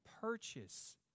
purchase